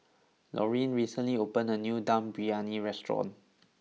Laurine recently opened a new Dum Briyani restaurant